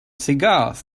cigars